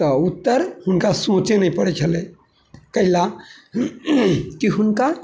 तऽ उत्तर हुनका सोचै नहि पड़ै छलै कइला कि हुनका